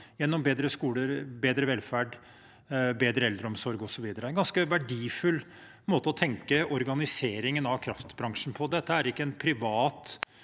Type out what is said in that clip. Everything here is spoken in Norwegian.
gjennom bedre skoler, bedre velferd, bedre eldreomsorg og så videre. Det er en ganske verdifull måte å tenke organiseringen av kraftbransjen på. Dette er ikke en privat